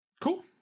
Cool